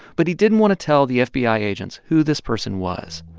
but he didn't want to tell the fbi agents who this person was.